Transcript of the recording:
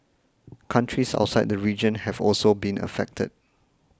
countries outside the region have also been affected